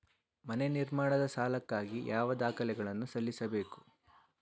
ಮನೆ ನಿರ್ಮಾಣದ ಸಾಲಕ್ಕಾಗಿ ಯಾವ ದಾಖಲೆಗಳನ್ನು ಸಲ್ಲಿಸಬೇಕು?